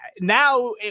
Now